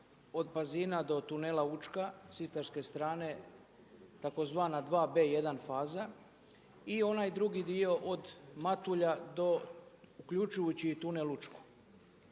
od Pazina do tunela Učka s istarske strane tzv. dva B1 faza i onaj drugi dio od Matulja do uključujući i tunel Učku.